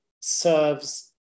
serves